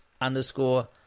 underscore